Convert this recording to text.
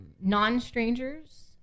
non-strangers